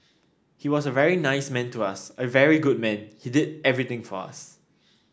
he was a very nice man to us a very good man he did everything for us